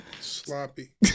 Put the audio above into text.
Sloppy